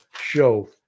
show